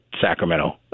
Sacramento